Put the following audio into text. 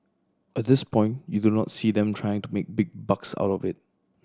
at this point you do not see them trying to make big bucks out of it